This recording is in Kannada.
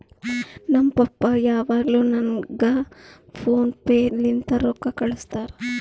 ನಮ್ ಪಪ್ಪಾ ಯಾವಾಗ್ನು ನಂಗ್ ಫೋನ್ ಪೇ ಲಿಂತೆ ರೊಕ್ಕಾ ಕಳ್ಸುತ್ತಾರ್